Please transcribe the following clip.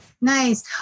Nice